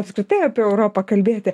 apskritai apie europą kalbėti